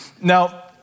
Now